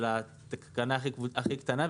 הכי קטנה,